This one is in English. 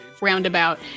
roundabout